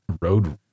road